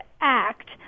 act